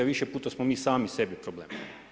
Više puta smo mi sami sebi problem.